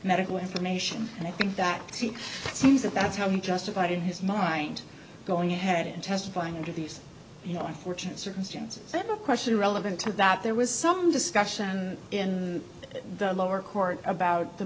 medical information and i think that he sees that that's how he justified in his mind going ahead and testifying under these you know unfortunate circumstances that a question relevant to that there was some discussion in the lower court about the